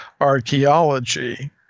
archaeology